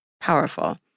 powerful